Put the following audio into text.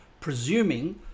presuming